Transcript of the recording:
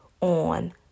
on